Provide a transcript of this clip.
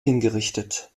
hingerichtet